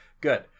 good